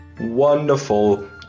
wonderful